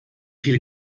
viele